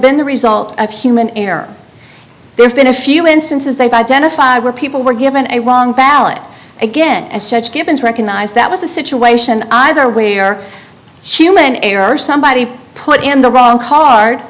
been the result of human error there's been a few instances they've identified where people were given a wrong ballot again as judge gibbons recognized that was a situation either way or human error or somebody put in the wrong card